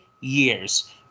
years